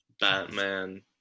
Batman